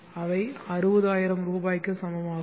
அவை 60000 ரூபாய்க்கு சமமாகும்